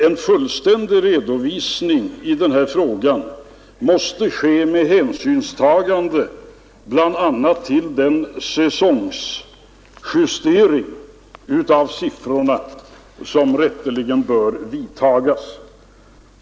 En fullständig redovisning i den här frågan måste ske med hänsynstagande bl.a. till den säsongjustering av siffrorna som rätteligen bör vidtas.